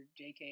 JK